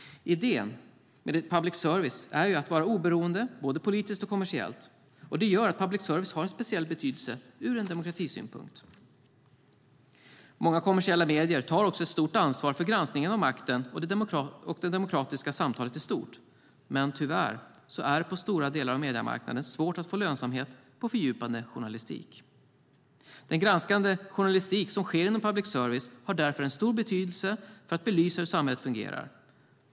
Idén med public service är att det ska vara oberoende, både politiskt och kommersiellt. Det gör att public service har en speciell betydelse ur demokratisynpunkt. Många kommersiella medier tar också ett stort ansvar för granskningen av makten och det demokratiska samtalet i stort. Men tyvärr är det svårt att få lönsamhet för fördjupande journalistik på stora delar av mediemarknaden. Den granskande journalistik som sker inom public service har därför en stor betydelse för att belysa hur samhället fungerar.